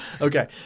Okay